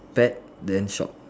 pet then shop